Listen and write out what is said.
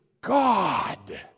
god